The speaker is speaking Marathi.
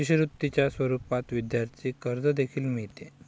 शिष्यवृत्तीच्या स्वरूपात विद्यार्थी कर्ज देखील मिळते